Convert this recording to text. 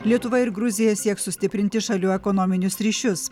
lietuva ir gruzija sieks sustiprinti šalių ekonominius ryšius